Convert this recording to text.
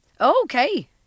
Okay